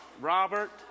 Robert